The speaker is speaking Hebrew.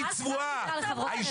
היא צבועה.